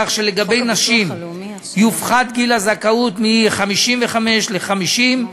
כך שלגבי נשים יופחת גיל הזכאות מ-55 ל-50,